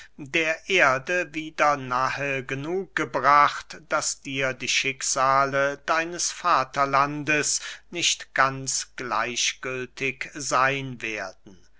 der erde wieder nahe genug gebracht daß dir die schicksale deines vaterlandes nicht ganz gleichgültig seyn werden